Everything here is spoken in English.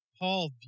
Paul